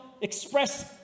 express